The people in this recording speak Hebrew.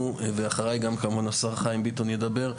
אחרי גם כמובן השר חיים ביטון ידבר.